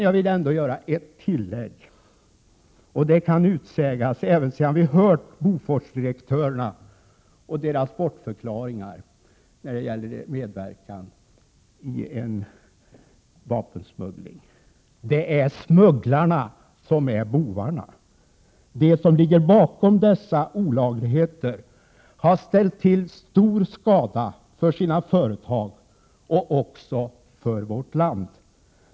Jag gör ett tillägg, och det kan utsägas även efter det att vi har hört Boforsdirektörerna och deras bortförklaringar till medverkan i vapensmuggling. Det är smugglarna som är bovarna. De som ligger bakom dessa olagligheter har åsamkat både sina företag och sitt land stor skada.